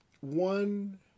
one